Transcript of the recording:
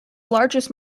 largest